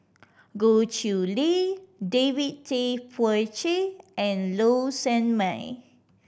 Goh Chiew Lye David Tay Poey Cher and Low Sanmay